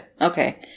Okay